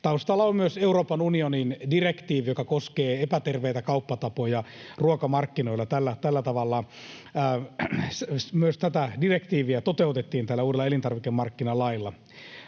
Taustalla on myös Euroopan unionin direktiivi, joka koskee epäterveitä kauppatapoja ruokamarkkinoilla, myös tätä direktiiviä toteutettiin tällä uudella elintarvikemarkkinalailla.